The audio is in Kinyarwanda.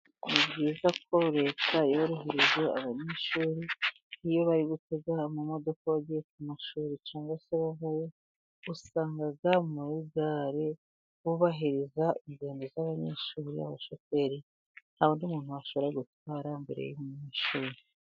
Ni byiza ko leta yorohereje abanyeshuri, iyo bari gutega amamodoka bagiye ku mashuri cyangwa se bavayo, usanga muri gare bubahiriza ingendo z'abanyeshuri, n'abashoferi nta wundi muntu bashobora gutwara mbere y'abanyeshuri.